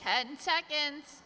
ten seconds